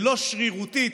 ולא שרירותית,